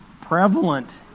prevalent